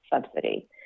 subsidy